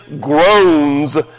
groans